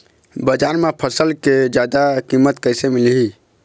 बजार म फसल के जादा कीमत कैसे मिलही?